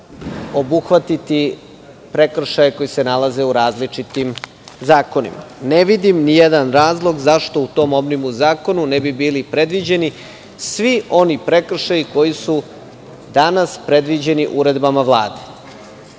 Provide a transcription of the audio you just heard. obuhvatiti prekršaje koji se nalaze u različitim zakonima. Ne vidim nijedan razlog zašto u tom omnibus zakonu ne bi bili predviđeni svi oni prekršaji koji su danas predviđeni uredbama